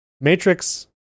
Matrix